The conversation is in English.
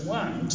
one